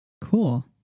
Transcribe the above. Cool